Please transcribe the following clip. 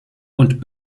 und